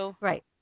Right